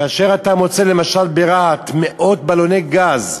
כאשר אתה מוצא, למשל ברהט, מאות בלוני גז,